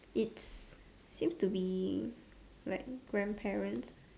it's seems to be like grandparents